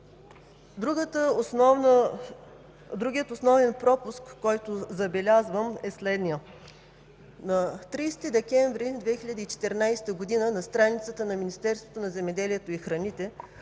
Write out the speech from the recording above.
Другият основен пропуск, който забелязвам, е следният. На 30 декември 2014 г. на страницата на Министерството на земеделието и храните